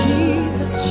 Jesus